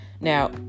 Now